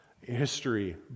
History